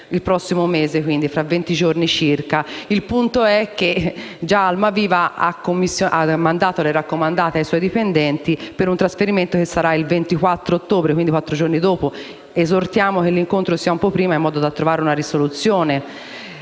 Il punto è che Almaviva ha già inviato le raccomandate ai suoi dipendenti, per un trasferimento che avverrà il 24 ottobre, cioè quattro giorni dopo. Esortiamo che l'incontro avvenga un po' prima, in modo da trovare una soluzione.